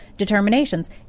Determinations